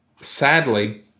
sadly